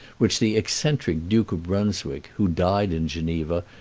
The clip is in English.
which the eccentric duke of brunswick, who died in geneva,